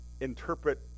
interpret